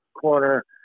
corner